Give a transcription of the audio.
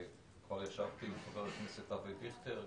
ומחבר הכנסת אבי דיכטר.